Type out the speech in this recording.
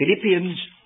Philippians